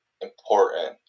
important